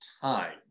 Time